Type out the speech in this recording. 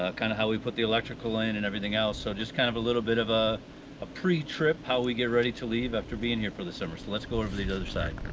ah kind of how we put the electrical line and everything else. so just kind of a little bit of ah a pre-trip, how we get ready to leave after being here for the summer. so let's go over the other side.